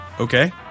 okay